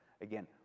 Again